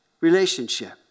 relationship